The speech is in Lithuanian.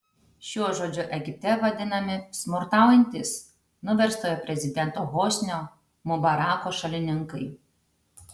šiuo žodžiu egipte vadinami smurtaujantys nuverstojo prezidento hosnio mubarako šalininkai